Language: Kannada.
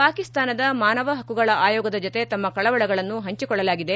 ಪಾಕಿಸ್ತಾನದ ಮಾನವ ಹಕ್ಕುಗಳ ಆಯೋಗದ ಜತೆ ತಮ್ನ ಕಳವಳಗಳನ್ನು ಹಂಚಿಕೊಳ್ಳಲಾಗಿದೆ